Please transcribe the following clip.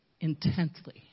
intently